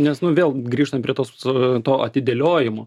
nes nu vėl grįžtam prie tos su to atidėliojimo